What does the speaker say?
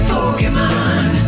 Pokemon